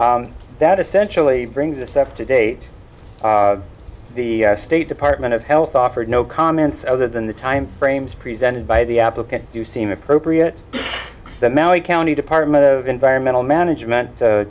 that essentially brings us up to date the state department of health offered no comments other than the timeframes presented by the applicant you seem appropriate the maui county department of environmental management